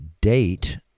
date